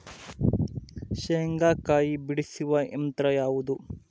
ಶೇಂಗಾಕಾಯಿ ಬಿಡಿಸುವ ಯಂತ್ರ ಯಾವುದು?